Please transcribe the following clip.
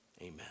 Amen